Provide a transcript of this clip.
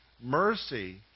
mercy